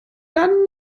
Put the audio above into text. dann